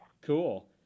cool